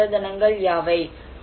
இயற்கை மூலதனங்கள் யாவை